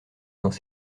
dans